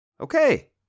Okay